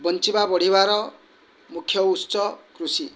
ବଞ୍ଚିବା ବଢ଼ିବାର ମୁଖ୍ୟ ଉତ୍ସ କୃଷି